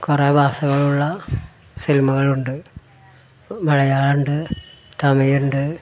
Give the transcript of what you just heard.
കുറേ ഭാഷകളുള്ള സിനിമകളുണ്ട് മലയാളമുണ്ട് തമിഴുണ്ട്